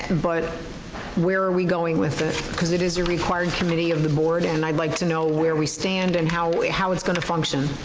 but where are we going with it? because it is a required committee of the board and i'd like to know where we stand and how how it's gonna function,